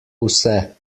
vse